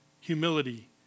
humility